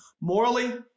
morally